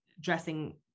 dressing